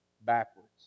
backwards